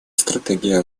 стратегия